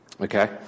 okay